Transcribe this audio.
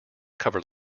cover